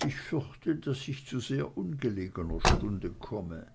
ich fürchte daß ich zu sehr ungelegener stunde komme